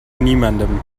niemandem